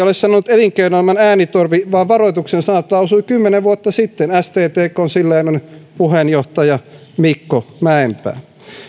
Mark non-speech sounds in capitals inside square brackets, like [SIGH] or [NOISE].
[UNINTELLIGIBLE] ole sanonut elinkeinoelämän äänitorvi vaan varoituksen sanat lausui kymmenen vuotta sitten sttkn silloinen puheenjohtaja mikko mäenpää